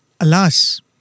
Alas